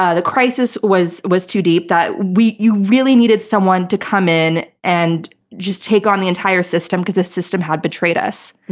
ah the crisis was was too deep that we really needed someone to come in and just take on the entire system because this system had betrayed us.